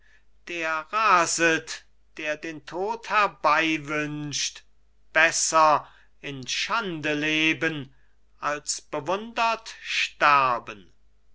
der raset der den tod herbeiwünscht besser in schande leben als bewundert sterben